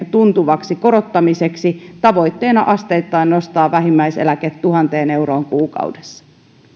tuntuvaksi korottamiseksi tavoitteena asteittain nostaa vähimmäiseläke tuhanteen euroon kuukaudessa